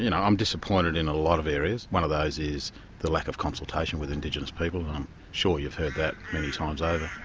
you know i'm disappointed in a lot of areas. one of those is the lack of consultation with indigenous people. i'm um sure you've heard that many times over.